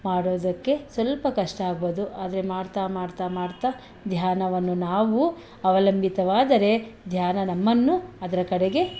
ಮಾಡುವುದಕ್ಕೆ ಸ್ವಲ್ಪ ಕಷ್ಟ ಆಗ್ಬೋದು ಆದರೆ ಮಾಡ್ತಾ ಮಾಡ್ತಾ ಮಾಡ್ತಾ ಧ್ಯಾನವನ್ನು ನಾವು ಅವಲಂಬಿತವಾದರೆ ಧ್ಯಾನ ನಮ್ಮನ್ನು ಅದರ ಕಡೆಗೆ